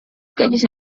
calles